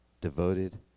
devoted